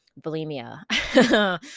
bulimia